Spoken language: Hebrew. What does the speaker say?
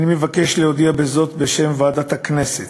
אנחנו עוברים להכרזה של יושב-ראש ועדת הכנסת,